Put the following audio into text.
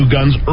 Guns